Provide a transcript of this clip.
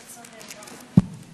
אתה צודק מאוד,